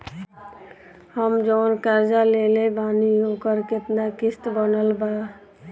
हम जऊन कर्जा लेले बानी ओकर केतना किश्त बनल बा?